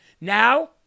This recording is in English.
Now